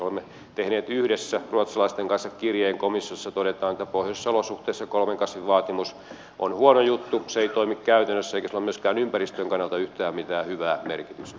olemme tehneet yhdessä ruotsalaisten kanssa komissiolle kirjeen jossa todetaan että pohjoisissa olosuhteissa kolmen kasvin vaatimus on huono juttu se ei toimi käytännössä eikä sillä ole myöskään ympäristön kannalta yhtään mitään hyvää merkitystä